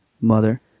Mother